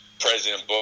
President